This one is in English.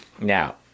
now